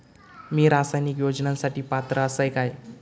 मी सामाजिक योजनांसाठी पात्र असय काय?